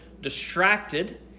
distracted